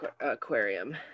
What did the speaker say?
aquarium